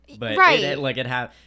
Right